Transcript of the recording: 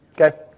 okay